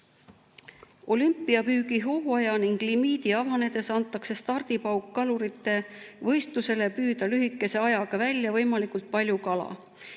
Olümpiapüügi hooaja avanedes antakse stardipauk kalurite võistlusele püüda lühikese ajaga välja võimalikult palju kala.